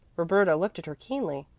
roberta looked at her keenly.